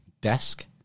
desk